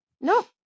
No